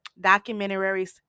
documentaries